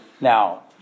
Now